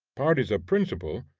parties of principle,